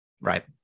Right